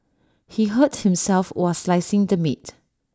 he hurt himself while slicing the meat